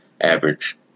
average